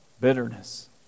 Bitterness